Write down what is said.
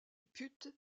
put